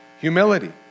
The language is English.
humility